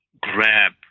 grab